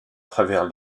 travers